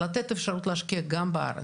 לתת אפשרות גם בארץ,